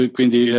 Quindi